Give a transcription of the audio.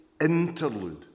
interlude